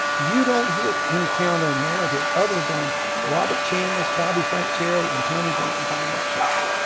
you don't hear any counternarrative other than robert chambliss, bobby frank cherry and tommy blanton bombed that church.